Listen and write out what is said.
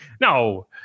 No